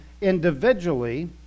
individually